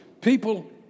people